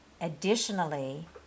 Additionally